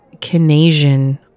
Canadian